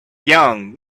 young